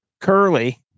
curly